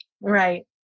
Right